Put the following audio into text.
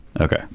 Okay